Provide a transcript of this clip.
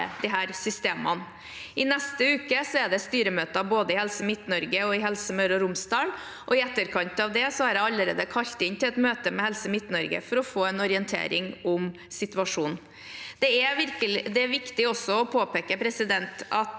disse systemene. I neste uke er det styremøter både i Helse Midt-Norge og i Helse Møre og Romsdal, og i etterkant av det har jeg allerede kalt inn til et møte med Helse Midt-Norge for å få en orientering om situasjonen. Det er viktig også å påpeke at det